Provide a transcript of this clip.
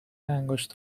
انگشت